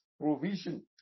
provision